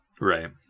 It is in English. Right